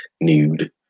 nude